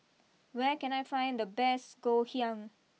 where can I find the best Ngoh Hiang